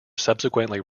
subsequently